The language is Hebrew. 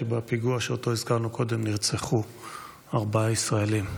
שבפיגוע שאותו הזכרנו קודם נרצחו ארבעה ישראלים.